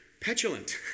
petulant